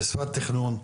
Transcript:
בשפת תכנון.